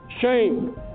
shame